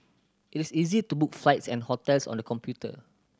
it is easy to book flights and hotels on the computer